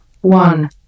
One